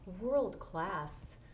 world-class